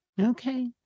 Okay